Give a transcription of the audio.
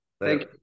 Thank